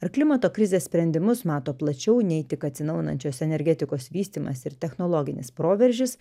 ar klimato krizės sprendimus mato plačiau nei tik atsinaujinančios energetikos vystymąsi ir technologinis proveržis